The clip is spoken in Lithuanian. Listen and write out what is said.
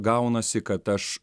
gaunasi kad aš